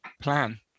plan